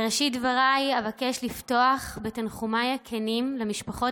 בראשית דבריי אבקש לפתוח בתנחומיי הכנים למשפחות